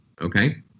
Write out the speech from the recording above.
okay